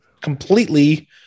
completely